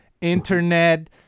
internet